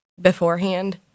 beforehand